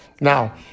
Now